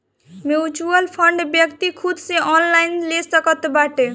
mutual fund व्यक्ति खुद से ऑनलाइन ले सकत बाटे